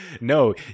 No